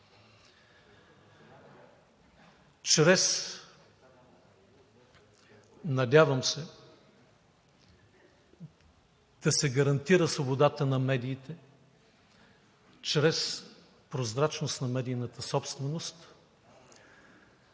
Надявам се да се гарантира свободата на медиите чрез прозрачност на медийната собственост,